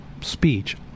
speech